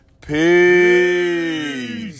peace